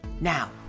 Now